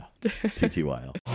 ttyl